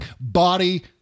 Body